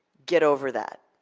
get over that?